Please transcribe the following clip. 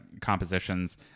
compositions